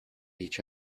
each